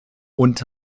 und